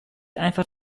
einfach